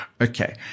Okay